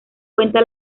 cuenta